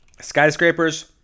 Skyscrapers